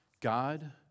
God